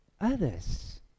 Others